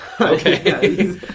Okay